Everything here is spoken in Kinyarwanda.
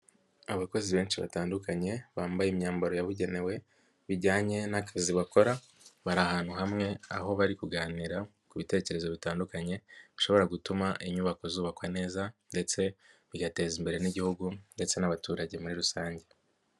Abakozi benshi batandukanye bambaye imyambaro yabugenewe bijyanye n'akazi bakora, bari ahantu hamwe aho bari kuganira ku bitekerezo bitandukanye, bishobora gutuma inyubako zubakwa neza ndetse bigateza imbere n'Igihugu ndetse n'abaturage muri rusange.